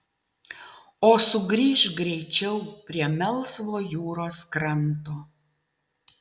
o sugrįžk greičiau prie melsvo jūros kranto